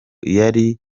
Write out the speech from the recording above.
yari